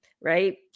right